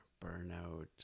burnout